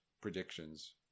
predictions